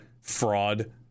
fraud